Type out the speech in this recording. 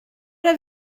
der